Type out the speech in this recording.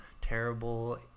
terrible